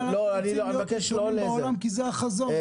אנחנו רוצים להיות ראשונים בעולם כי זה החזון.